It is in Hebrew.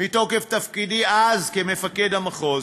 מתוקף תפקידי אז כמפקד המחוז,